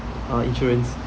uh insurance